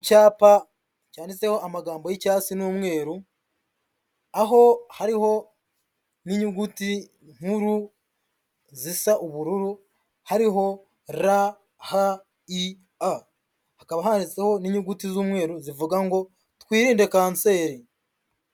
Icyapa cyanditseho amagambo y'icyatsi n'umweru, aho hariho n'inyuguti nkuru zisa ubururu, hariho RHIA. Hakaba handitseho n'inyuguti z'umweru zivuga ngo "twirinde kanseri."